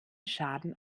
schaden